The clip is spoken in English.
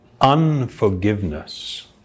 unforgiveness